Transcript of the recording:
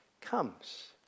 comes